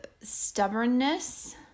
stubbornness